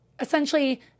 Essentially